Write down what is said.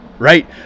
Right